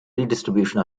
redistribution